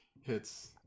hits